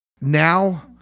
Now